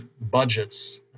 budgets